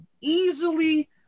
easily